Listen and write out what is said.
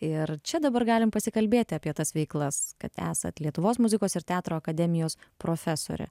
ir čia dabar galim pasikalbėti apie tas veiklas kad esat lietuvos muzikos ir teatro akademijos profesorė